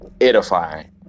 edifying